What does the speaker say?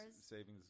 savings